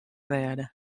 rêde